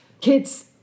kids